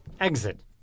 Exit